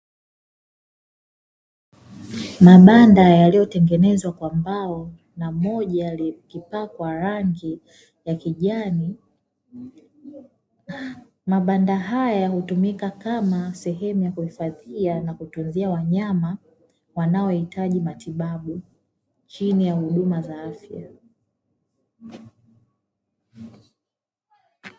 Mabanda yaliyotengenezwa kwa mbao na moja likipakwa rangi ya kijani, mabanda haya hutumika kama sehemu ya kuhifadhia na kukimbia wanyama wanaohitaji matibabu chini ya huduma za afya.